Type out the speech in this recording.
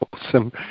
awesome